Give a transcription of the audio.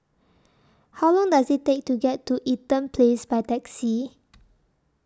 How Long Does IT Take to get to Eaton Place By Taxi